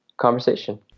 conversation